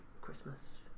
Christmas